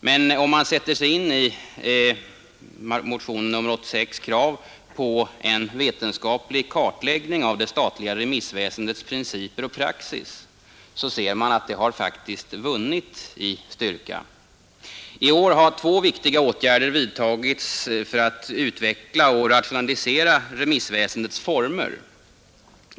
Men om man sätter sig in i det krav som ställts i motionen 86 på en vetenskaplig kartläggning av det statliga remissväsendets principer och praxis ser man att det faktiskt har vunnit i styrka. I år har två viktiga åtgärder vidtagits för att utveckla och rationalisera remissväsendet.